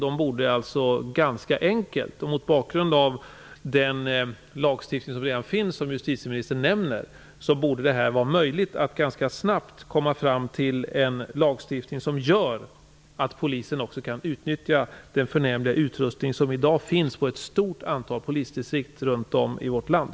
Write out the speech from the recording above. Det borde mot bakgrund av den lagstiftning som redan finns, vilken justitieministern nämner, vara möjligt att ganska snabbt komma fram till en lagstiftning som gör att Polisen också kan utnyttja den förnämliga utrustning som i dag finns på ett stort antal polisdistrikt runt om i vårt land.